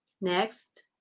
next